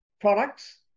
products